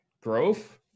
growth